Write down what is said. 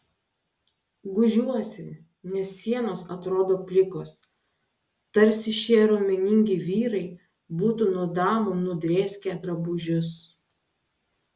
gūžiuosi nes sienos atrodo plikos tarsi šie raumeningi vyrai būtų nuo damų nudrėskę drabužius